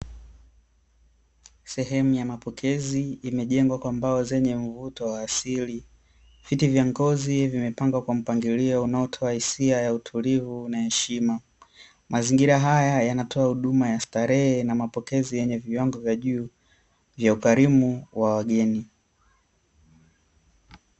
Sehemu ya mapokezi imejengwa kwa mbao zenye mvuto wa asili, viti vya ngozi vimepangwa kwa mpangilio unaotoa hisia ya utulivu na heshima, mazingira haya yanatoa huduma ya starehe na mapokezi yenye viwango vya juu vya ukarimu wa wageni.